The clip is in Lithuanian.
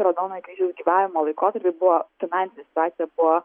raudonojo kryžiaus gyvavimo laikotarpis buvo finansinė situacija buvo